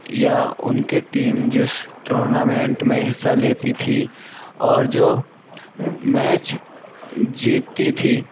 یا ان کے ٹیم جس ٹورنامنٹ میں حصہ لیتی تھی اور جو میچ جیتتی تھی